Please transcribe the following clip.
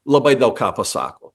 labai daug ką pasako